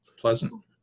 pleasant